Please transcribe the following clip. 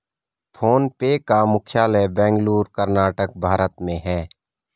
phone पे का मुख्यालय बेंगलुरु, कर्नाटक, भारत में है